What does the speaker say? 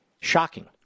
Shocking